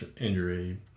injury